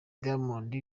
diamond